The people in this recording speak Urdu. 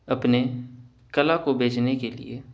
اپنے کلا کو بیچنے کے لیے